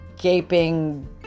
gaping